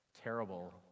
terrible